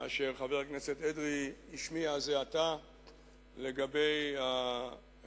אשר חבר הכנסת אדרי השמיע זה עתה לגבי הדרך